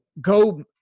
Go